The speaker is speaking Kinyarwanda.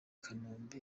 kanombe